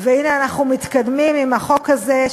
והנה אנחנו מתקדמים עם החוק הזה,